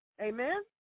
Amen